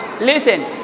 listen